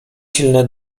silny